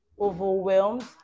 overwhelmed